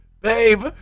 Babe